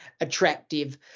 attractive